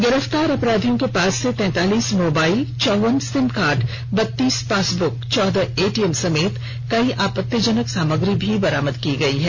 गिरफ्तार अपराधियों के पास से तैंतालीस मोबाइल चौवन सिमकार्ड बत्तीस पासबूक चौदह एटीएम समेत कई आपत्तिजनक सामग्री बरामद की गयी है